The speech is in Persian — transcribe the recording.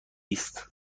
است